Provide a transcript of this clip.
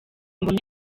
mbonye